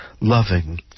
loving